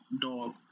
dog